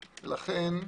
לכן,